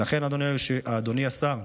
אדוני השר,